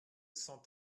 cent